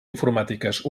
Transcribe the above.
informàtiques